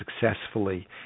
successfully